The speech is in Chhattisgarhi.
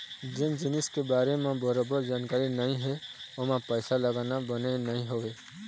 जेन जिनिस के बारे म बरोबर जानकारी नइ हे ओमा पइसा लगाना बने नइ होवय